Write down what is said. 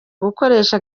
gukoresha